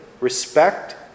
respect